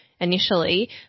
initially